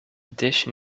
dish